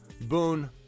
Boone